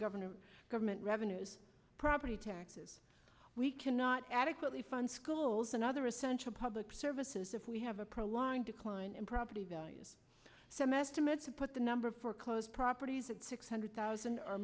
government government revenues property taxes we cannot adequately fund schools and other essential public services if we have a prolonged decline in property values some estimates put the number of foreclosed properties at six hundred thousand or